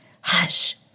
Hush